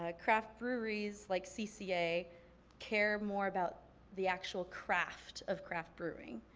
ah craft breweries like cca care more about the actual craft of craft brewing.